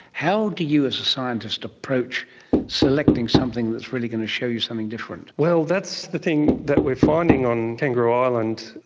how do you as a scientist approach selecting something that's really going to show you something different? well, that's the thing that we are finding on kangaroo island.